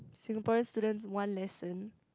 Singaporean students want lesson